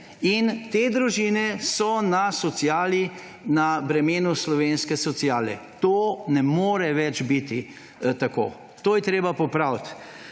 In te družine so na sociali, na bremenu slovenske sociale. To ne more več biti tako. To je treba popraviti.